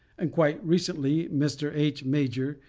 and quite recently, mr. h. major,